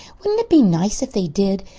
wouldn't it be nice if they did?